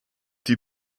die